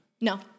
No